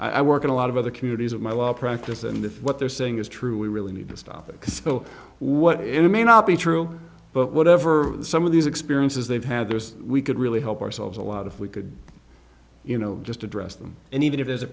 i work in a lot of other communities of my law practice and if what they're saying is true we really need to stop it so what it may not be true but whatever some of these experiences they've had there's we could really help ourselves a lot of if we could you know just address them and even if there's a